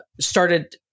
started